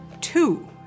Two